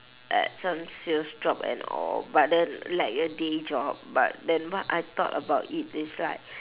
at some sales job and all but then like a day job but then what I thought about it is like